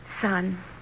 Son